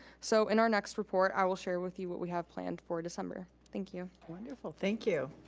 so in our next report, i will share with you what we have planned for december. thank you. wonderful, thank you.